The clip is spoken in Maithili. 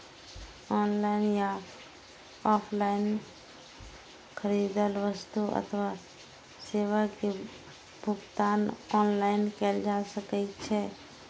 ऑनलाइन या ऑफलाइन खरीदल वस्तु अथवा सेवा के भुगतान ऑनलाइन कैल जा सकैछ